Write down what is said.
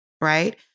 Right